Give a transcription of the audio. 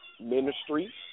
Ministry